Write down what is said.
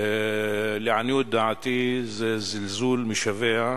לעניות דעתי זה זלזול משווע,